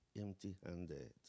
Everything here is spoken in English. empty-handed